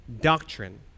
doctrine